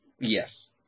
Yes